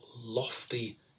lofty